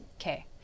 Okay